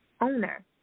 owner